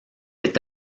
est